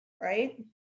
right